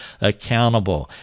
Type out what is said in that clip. accountable